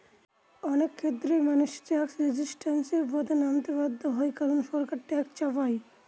অনেক ক্ষেত্রেই মানুষ ট্যাক্স রেজিস্ট্যান্সের পথে নামতে বাধ্য হয় কারন সরকার ট্যাক্স চাপায়